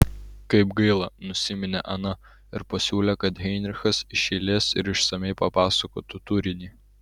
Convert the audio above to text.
kaip gaila nusiminė ana ir pasiūlė kad heinrichas iš eilės ir išsamiai papasakotų turinį